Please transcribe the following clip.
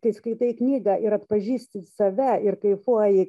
kai skaitai knygą ir atpažįsti save ir kaifuoji